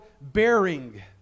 bearing